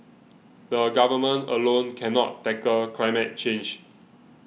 the Government alone cannot tackle climate change